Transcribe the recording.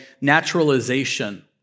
naturalization